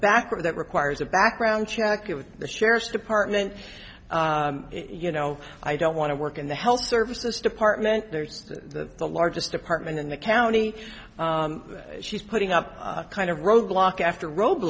backer that requires a background check with the sheriff's department you know i don't want to work in the health services department there's the the largest department in the county she's putting up a kind of roadblock after road